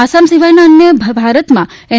આસામ સિવાયના અન્ય ભારતમાં એન